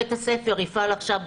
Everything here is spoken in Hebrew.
בית הספר יפעל עכשיו,